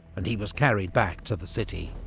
and he was carried back to the city.